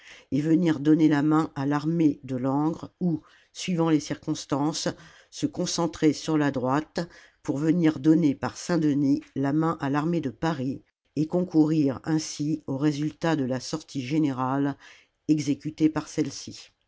et venir donner la main à l'armée de langres ou suivant les circonstances se concentrer sur la droite pour venir donner par saintdenis la main à l'armée de paris et concourir ainsi au résultat de la sortie générale exécutée par celle-ci